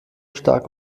stark